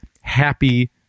happy